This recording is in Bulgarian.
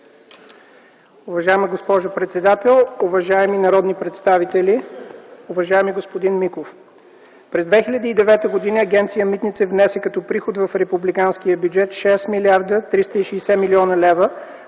Уважаема госпожо председател, уважаеми народни представители! Уважаеми господин Миков, през 2009 г. Агенция „Митници” внесе като приход в Републиканския бюджет 6 млрд. 360 млн. лв.,